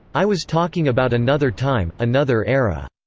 i was talking about another time, another era.